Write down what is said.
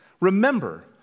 remember